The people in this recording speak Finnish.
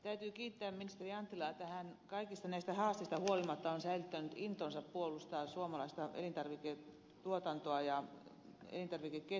täytyy kiittää ministeri anttilaa että hän kaikista näistä haasteista huolimatta on säilyttänyt intonsa puolustaa suomalaista elintarviketuotantoa ja elintarvikeketjua